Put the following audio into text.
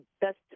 best